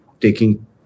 taking